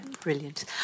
Brilliant